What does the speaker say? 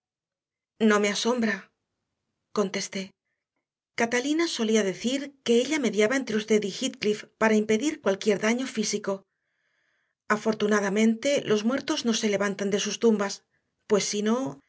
no me asombra contesté catalina solía decir que ella mediaba entre usted y heathcliff para impedir cualquier daño físico afortunadamente los muertos no se levantan de sus tumbas pues si no